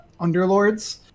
Underlords